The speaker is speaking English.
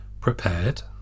prepared